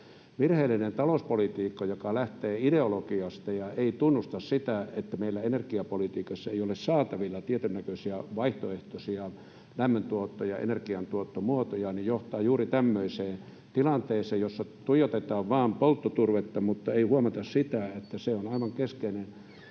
Virheellinen talouspolitiikka, joka lähtee ideologiasta ja ei tunnusta sitä, että meillä energiapolitiikassa ei ole saatavilla tietynnäköisiä vaihtoehtoisia lämmöntuotto- ja energiantuottomuotoja, johtaa juuri tämmöiseen tilanteeseen, jossa tuijotetaan vain polttoturvetta mutta ei huomata sitä, että se on aivan keskeinen.